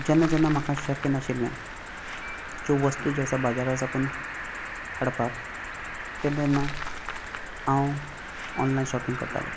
जेन्ना जेन्ना म्हाका शक्य नाशिल्लें ज्यो वस्तू ज्यो आसा बाजारांत सावन हाडपाक तेन्ना तेन्ना हांव ऑनलायन शॉपिंग करतालो